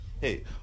Hey